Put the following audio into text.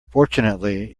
fortunately